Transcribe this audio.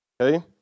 Okay